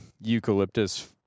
eucalyptus